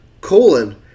colon